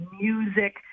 music